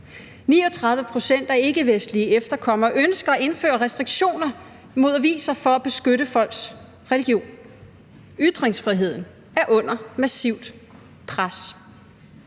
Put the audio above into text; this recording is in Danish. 39 pct af ikkevestlige efterkommere ønsker at indføre restriktioner mod aviser for at beskytte folks religion. Ytringsfriheden er under massivt pres.